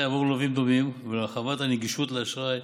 עבור לווים דומים ולהרחבת הנגישות של אשראי